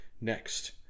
next